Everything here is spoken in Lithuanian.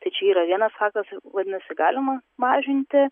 tai čia yra vienas faktas vadinasi galima mažinti